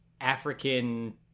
African